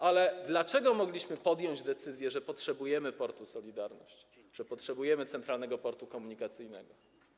Ale dlaczego mogliśmy podjąć decyzję, że potrzebujemy portu Solidarność, potrzebujemy Centralnego Portu Komunikacyjnego?